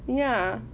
ya